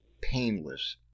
painless